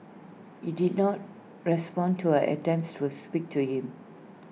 he did not respond to her attempts to speak to him